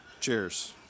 Cheers